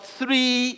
three